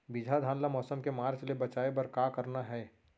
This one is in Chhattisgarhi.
बिजहा धान ला मौसम के मार्च ले बचाए बर का करना है?